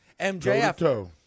MJF